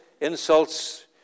insults